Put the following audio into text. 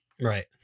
Right